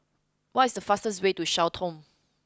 what is the fastest way to Sao Tome